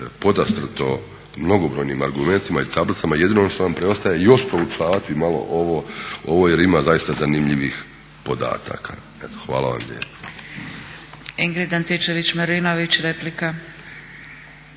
podastrto mnogobrojnim argumentima i tablicama. Jedino što nam preostaje još proučavati malo ovo jer ima zaista zanimljivih podataka. Eto hvala vam lijepo.